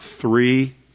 three